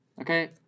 okay